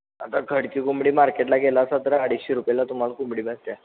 आता घरची कोंबडी मारकेटला गेलासा तर अडीचशे रुपयाला तुम्हाला कोंबडी बसते